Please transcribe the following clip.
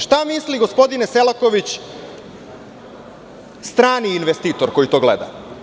Šta misli, gospodine Selakoviću, strani investitor koji to gleda?